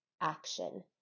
action